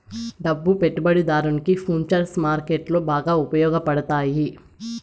డబ్బు పెట్టుబడిదారునికి ఫుచర్స్ మార్కెట్లో బాగా ఉపయోగపడతాయి